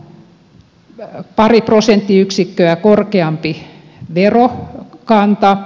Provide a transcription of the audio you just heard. meillä on pari prosenttiyksikköä korkeampi verokanta